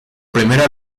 primera